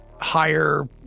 higher